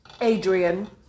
Adrian